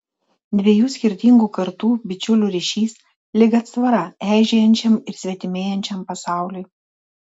dviejų skirtingų kartų bičiulių ryšys lyg atsvara eižėjančiam ir svetimėjančiam pasauliui